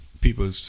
people